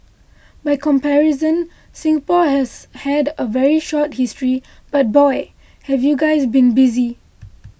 by comparison Singapore has had a very short history but boy have you guys been busy